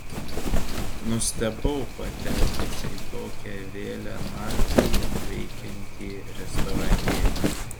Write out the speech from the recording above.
nustebau patekęs į tokią vėlią naktį veikiantį restoranėlį